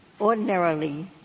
Ordinarily